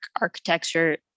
architecture